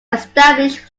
established